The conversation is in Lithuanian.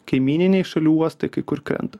kaimyninių šalių uostai kai kur krenta